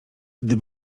gdy